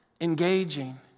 engaging